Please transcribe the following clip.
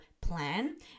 plan